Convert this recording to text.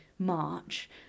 march